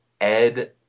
Ed